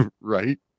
Right